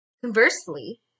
conversely